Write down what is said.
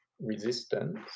resistance